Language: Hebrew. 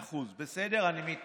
מאה אחוז, בסדר, אני מתנצל,